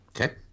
Okay